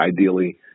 ideally